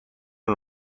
una